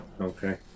Okay